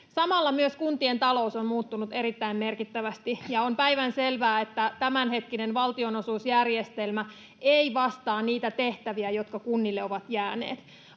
Samalla myös kuntien talous on muuttunut erittäin merkittävästi, ja on päivänselvää, että tämänhetkinen valtionosuusjärjestelmä ei vastaa niitä tehtäviä, jotka kunnille ovat jääneet.